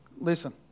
listen